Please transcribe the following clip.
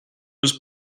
was